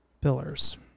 pillars